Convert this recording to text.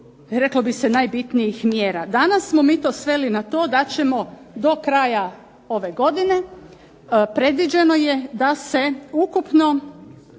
reklo bi se najbitnijih mjera. Danas smo mi to sveli na to da ćemo do kraja ove godine predviđeno je da se ukupno